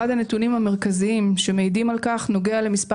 אחד הנתונים המרכזיים שמעידים על כך נוגע למספר